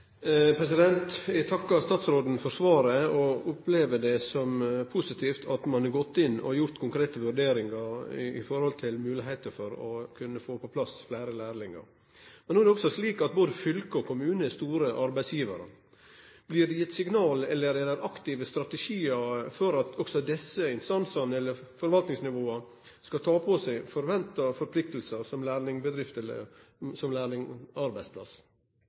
Eg takkar statsråden for svaret. Eg opplever det som positivt at ein har gått inn og gjort konkrete vurderingar når det gjeld moglegheitene for å kunne få på plass fleire lærlingar. Men no er det også slik at både fylka og kommunane er store arbeidsgjevarar. Blir det gitt signal om eller er det aktive strategiar for at også desse instansane eller forvaltingsnivåa skal ta på seg forventa forpliktingar som lærlingarbeidsplassar? Som